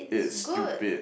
it's stupid